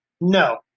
No